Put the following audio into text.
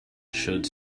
should